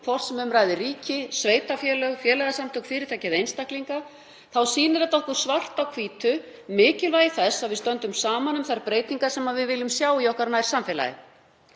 Hvort sem um ræðir ríki, sveitarfélög, félagasamtök, fyrirtæki eða einstaklinga, þá sýnir þetta okkur svart á hvítu mikilvægi þess að við stöndum saman um þær breytingar sem við viljum sjá í nærsamfélagi